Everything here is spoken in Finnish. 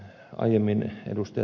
aiemmin ed